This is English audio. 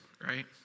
right